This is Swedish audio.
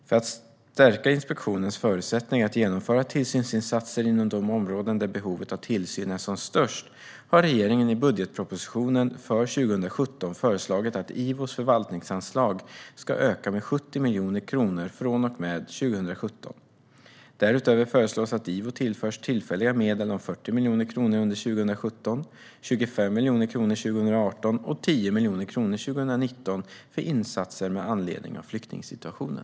För att stärka inspektionens förutsättningar att genomföra tillsynsinsatser inom de områden där behovet av tillsyn är som störst har regeringen i budgetpropositionen för 2017 föreslagit att IVO:s förvaltningsanslag ska öka med 70 miljoner kronor från och med 2017. Därutöver föreslås att IVO tillförs tillfälliga medel om 40 miljoner kronor under 2017, 25 miljoner kronor 2018 och 10 miljoner kronor 2019 för insatser med anledning av flyktingsituationen.